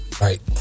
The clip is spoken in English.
Right